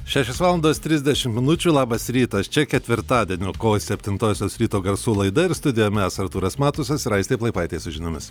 šešios valandos trisdešimt minučių labas rytas čia ketvirtadienio kovo septintosios ryto garsų laida ir studija mes artūras matusas ir aistė plaipaitė su žiniomis